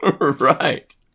Right